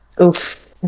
Oof